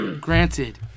granted